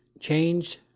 changed